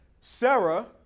Sarah